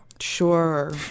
Sure